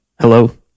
hello